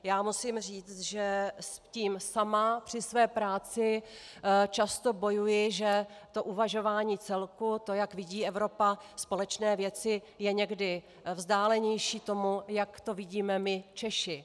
Já musím říct, že s tím sama při své práci často bojuji, že to uvažování celku, to, jak vidí Evropa společné věci, je někdy vzdálenější tomu, jak to vidíme my Češi.